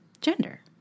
gender